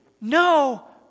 no